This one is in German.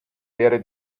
wäre